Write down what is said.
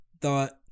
thought